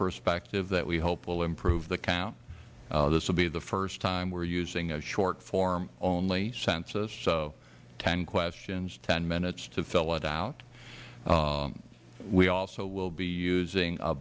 perspective that we hope will improve the count this will be the first time we are using a short form only census so ten questions ten minutes to fill it out we also will be using a